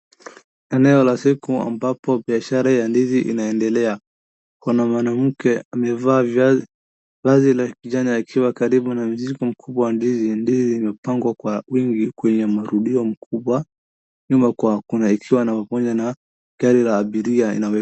Eneo la soko ambapo biashara ya ndizi inaendelea. Kuna mwanamke amevaa vazi la kijani akiwa karibu na mzizi mkubwa wa ndizi zimepangwa kwa wingi kwenye marudio makubwa, nyuma ikiwa ni gari la abiria.